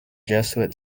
jesuit